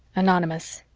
anonymous